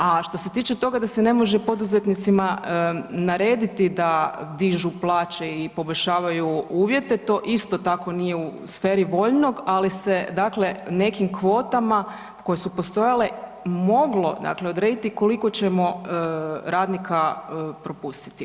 A što se tiče toga da se ne može poduzetnicima narediti da dižu plaće i poboljšavaju uvjete, to isto tako nije u sferi voljnog, ali se nekim kvotama koje su postojale moglo odrediti koliko ćemo radnika propustiti.